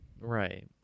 Right